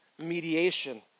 Mediation